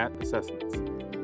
assessments